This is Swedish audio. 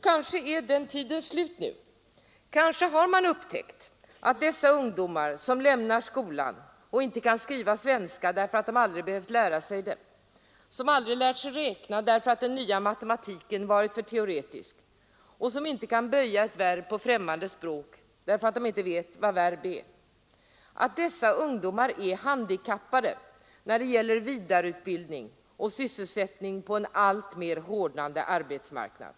Kanske är den tiden slut nu, kanske har man upptäckt att dessa ungdomar, som lämnar skolan och inte kan skriva svenska därför att de aldrig behövt lära sig det, som aldrig lärt sig räkna därför att den nya matematiken varit för teoretisk, och som inte kan böja ett verb på främmande språk därför att de inte vet vad verb är, är handikappade när det gäller vidareutbildning och sysselsättning på en alltmer hårdnande arbetsmarknad.